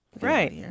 Right